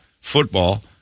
football